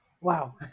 Wow